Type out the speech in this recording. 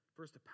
First